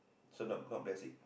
so nope not basic